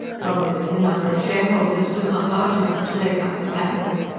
probably the number of shareholders was not large enough to rake up the capital.